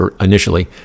initially